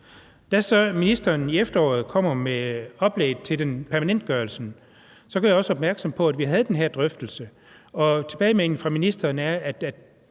så ministeren i efteråret kom med oplægget til permanentgørelsen, gjorde jeg også opmærksom på, at vi havde den her drøftelse. Og tilbagemeldingen fra ministeren var, at